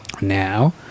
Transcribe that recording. now